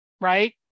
right